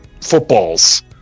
footballs